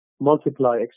multiply